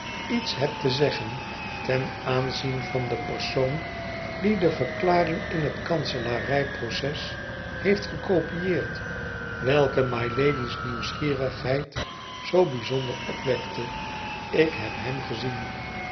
iets heb te zeggen ten aanzien van den persoon die de verklaring in het kanselarij proces heeft gekopieerd welke mylady's nieuwsgierigheid zoo bij zonder opwekte ik heb hem gezien